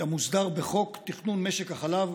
המוסדר בחוק תכנון משק החלב.